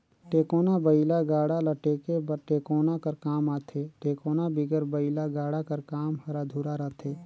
टेकोना बइला गाड़ा ल टेके बर टेकोना कर काम आथे, टेकोना बिगर बइला गाड़ा कर काम हर अधुरा रहथे